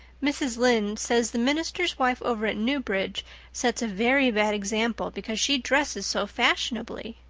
mrs. lynde says the minister's wife over at newbridge sets a very bad example because she dresses so fashionably.